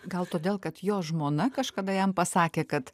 gal todėl kad jo žmona kažkada jam pasakė kad